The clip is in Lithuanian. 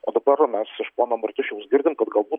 o dabar mes iš pono martišiaus girdim kad galbūt